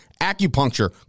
acupuncture